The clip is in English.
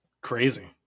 crazy